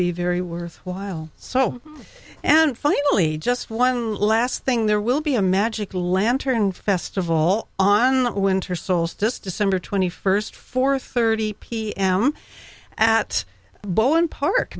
be very worthwhile so and finally just one last thing there will be a magic lantern festival on the winter solstice december twenty first four thirty pm at bowen park